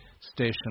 station